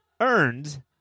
earned